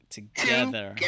Together